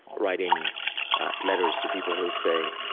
writing letters to people, he'll say,